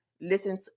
listen